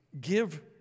give